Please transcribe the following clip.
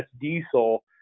diesel